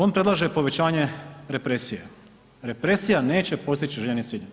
On predlaže povećanje represije, represija neće postići željeni cilj.